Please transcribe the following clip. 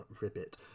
ribbit